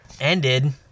ended